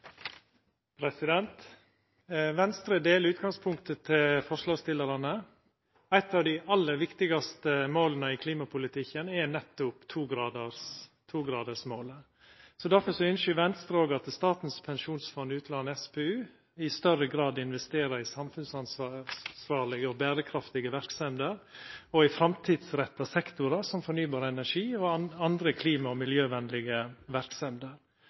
Venstre deler utgangspunktet til forslagsstillarane. Eit av dei aller viktigaste måla i klimapolitikken er nettopp 2-gradersmålet. Derfor ynskjer me i Venstre òg at Statens pensjonsfond utland, SPU, i større grad investerer i samfunnsansvarlege og berekraftige verksemder og i framtidsretta sektorar som fornybar energi og andre klima- og